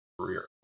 career